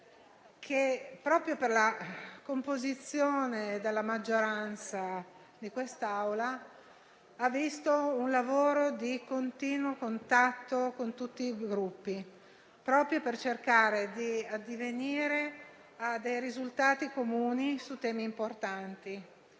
che, proprio per la composizione della maggioranza di quest'Assemblea, ha visto un contatto continuo con tutti i Gruppi proprio per cercare di addivenire a risultati comuni su temi importanti.